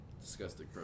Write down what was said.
disgusting